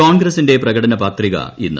കോൺഗ്രസ്സിന്റെ പ്രകടന പത്രിക ഇന്ന്